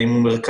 האם הוא מרכז,